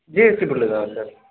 GST bill தான் sir